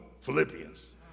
Philippians